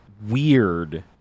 weird